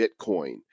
bitcoin